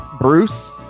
bruce